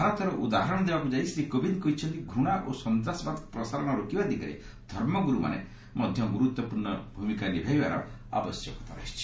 ଭାରତର ଉଦାହରଣ ଦେବାକୁ ଯାଇ ଶ୍ରୀ କୋବିନ୍ଦ କହିଛନ୍ତି ଘୁଣା ଓ ସନ୍ତାସବାଦ ପ୍ରସାରଣ ରୋକିବା ଦିଗରେ ଧର୍ମଗୁରୁମାନେ ମଧ୍ୟ ଗୁରୁତ୍ୱପୂର୍ଣ୍ଣ ଭୂମିକା ନିଭାଇବାର ଆବଶ୍ୟକତା ରହିଛି